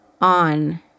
on